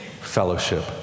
fellowship